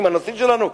80. הנשיא שלנו,